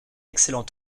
excellent